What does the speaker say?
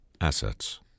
assets